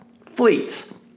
fleets